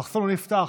המחסום נפתח.